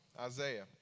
Isaiah